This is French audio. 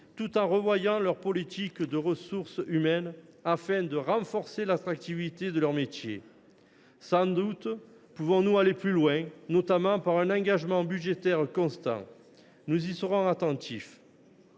tout en revoyant leurs politiques de ressources humaines afin de renforcer l’attractivité de leurs métiers. Sans doute pouvons nous aller plus loin, notamment par un engagement budgétaire constant. Nous y serons attentifs.